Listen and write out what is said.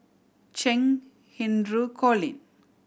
Cheng Hinru Colin